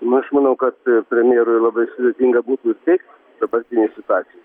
na aš manau kad premjerui labai sudėtinga būtų teikt dabartinėj situacijoj